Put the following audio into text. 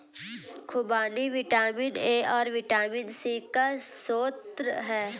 खूबानी vitamin A और vitamin C का स्रोत है